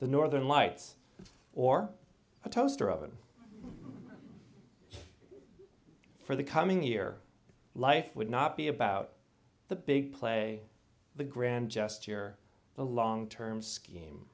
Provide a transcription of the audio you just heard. the northern lights or a toaster oven for the coming year life would not be about the big play the grand gesture the long term scheme